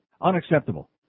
Unacceptable